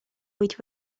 быть